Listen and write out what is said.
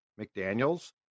McDaniel's